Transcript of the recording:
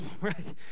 right